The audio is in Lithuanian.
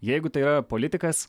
jeigu tai yra politikas